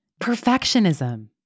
perfectionism